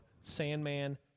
Sandman